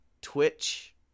Twitch